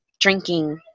drinking